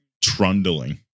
trundling